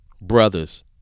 Brothers